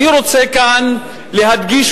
אני רוצה כאן להדגיש,